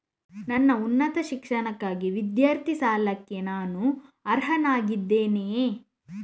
ನನ್ನ ಉನ್ನತ ಶಿಕ್ಷಣಕ್ಕಾಗಿ ವಿದ್ಯಾರ್ಥಿ ಸಾಲಕ್ಕೆ ನಾನು ಅರ್ಹನಾಗಿದ್ದೇನೆಯೇ?